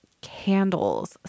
candles